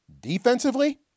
Defensively